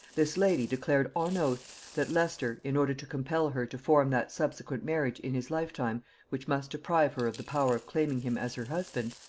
this lady declared on oath that leicester, in order to compel her to form that subsequent marriage in his lifetime which must deprive her of the power of claiming him as her husband,